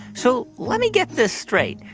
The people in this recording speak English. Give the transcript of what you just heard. so let me get this straight.